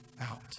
out